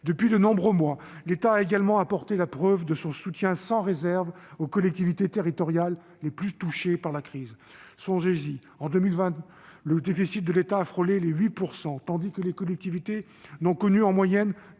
Depuis de nombreux mois, l'État a également apporté la preuve de son soutien sans réserve aux collectivités territoriales les plus touchées par la crise. Songez, mes chers collègues, alors que le déficit de l'État a frôlé les 8 % du PIB en 2020, que les collectivités n'ont connu en moyenne